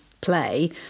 play